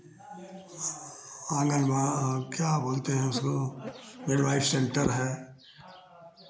आंगन बा क्या बोलते हैं उसको मिड वाइफ़ सेंटर है